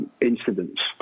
incidents